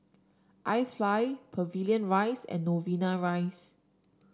IFly Pavilion Rise and Novena Rise